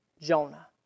Jonah